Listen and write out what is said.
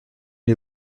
les